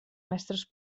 mestres